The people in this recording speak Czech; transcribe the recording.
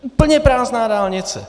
Úplně prázdná dálnice!